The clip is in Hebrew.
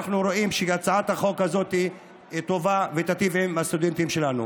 אנחנו רואים שהצעת החוק הזאת טובה ותיטיב עם הסטודנטים שלנו.